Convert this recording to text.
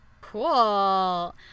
cool